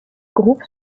groupe